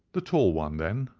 the tall one, then,